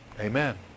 Amen